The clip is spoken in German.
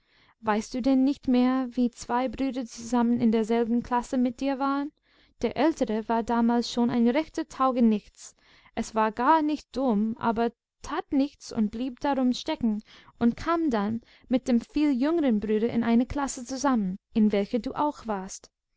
weißt du denn nicht mehr wie zwei brüder zusammen in derselben klasse mit dir waren der ältere war damals schon ein rechter taugenichts er war gar nicht dumm aber tat nichts und blieb darum stecken und kam dann mit dem viel jüngeren bruder in eine klasse zusammen in welcher du auch warst